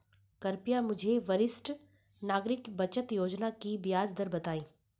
कृपया मुझे वरिष्ठ नागरिक बचत योजना की ब्याज दर बताएं